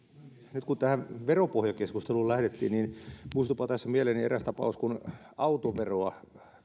nyt kun tähän veropohjakeskusteluun lähdettiin niin muistuipa tässä mieleeni eräs tapaus kun autoveroa